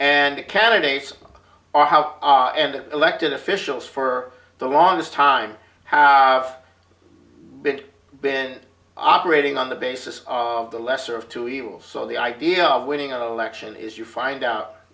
and the candidates or how and the elected officials for the longest time how big been operating on the basis of the lesser of two evils so the idea of winning an election is you find out